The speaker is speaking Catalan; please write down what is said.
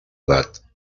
edat